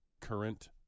current